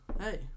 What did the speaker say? hey